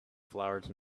flowers